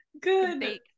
good